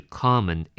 common